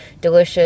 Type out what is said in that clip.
delicious